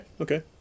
okay